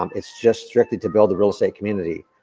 um it's just strictly to build the real estate community.